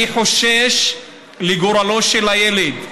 אני חושש לגורלו של הילד,